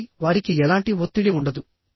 కాబట్టి వారికి ఎలాంటి ఒత్తిడి ఉండదు